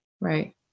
Right